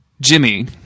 Jimmy